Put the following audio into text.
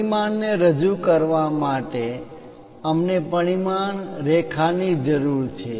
પરિમાણને રજુ કરવા માટે અમને પરિમાણ રેખાની જરૂર છે